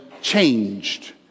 changed